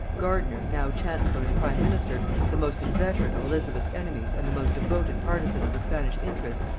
gardiner, now chancellor and prime minister, the most inveterate of elizabeth's enemies and the most devoted partisan of the spanish interest,